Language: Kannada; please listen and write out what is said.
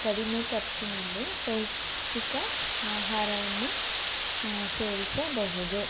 ಕಡಿಮೆ ಖರ್ಚಿನಲ್ಲಿ ಪೌಷ್ಟಿಕ ಆಹಾರವನ್ನು ಸೇವಿಸಬಹುದು